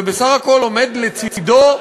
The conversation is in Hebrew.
ובסך הכול עומד לצדו,